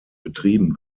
betrieben